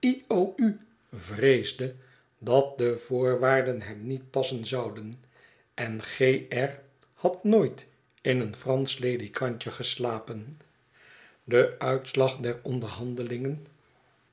vreesde dat de voorwaarden hem niet passen zouden en g r had nooit in een fransch ledikantje geslapen de uitslag der onderhandelingen